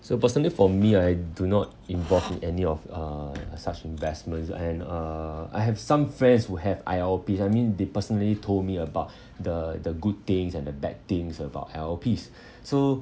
so personally for me I do not involve in any of uh such investments and uh I have some friends who have I_L_Ps I mean they personally told me about the the good things and the bad things about I_L_Ps so